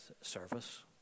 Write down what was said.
service